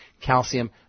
calcium